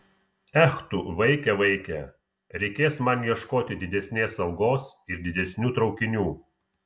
ech tu vaike vaike reikės man ieškoti didesnės algos ir didesnių traukinių